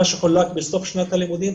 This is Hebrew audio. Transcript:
מה שחולק בסוף שנת הלימודים,